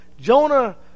Jonah